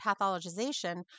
pathologization